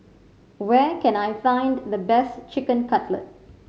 where can I find the best Chicken Cutlet